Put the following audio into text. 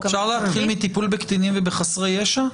--- אפשר להתחיל מטיפול בקטינים ובחסרי ישע?